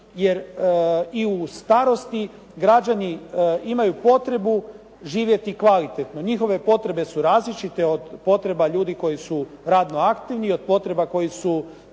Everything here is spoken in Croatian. je i u starosti građani imaju potrebu živjeti kvalitetno. Njihove potrebe su različite od potreba ljudi koji su radno aktivni i od potreba djece